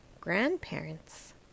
Grandparents